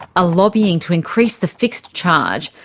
ah lobbying to increase the fixed charge,